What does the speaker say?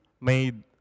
made